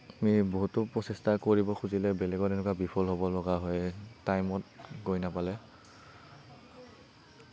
আমি বহুতো প্ৰচেষ্টা কৰিব খুজিলে বেলেগত এনেকুৱা বিফল হ'ব লগা হয় টাইমত গৈ নাপালে